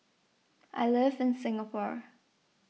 I live in Singapore